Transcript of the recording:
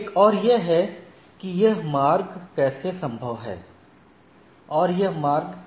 एक और यह है कि यह मार्ग कैसे संभव है और यह मार्ग कैसे होता है